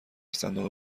صندوق